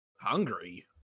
Hungry